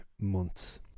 months